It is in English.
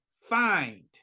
find